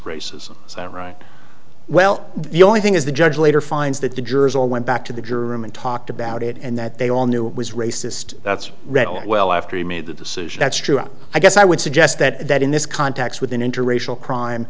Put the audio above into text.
racism is that right well the only thing is the judge later finds that the jurors all went back to the jury room and talked about it and that they all knew it was racist that's right well after he made the decision that's true i guess i would suggest that in this context with an interracial crime